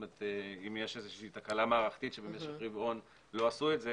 כלומר אם יש איזו תקלה מערכתית שבמשך רבעון לא עשו את זה